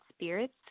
spirits